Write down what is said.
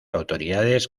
autoridades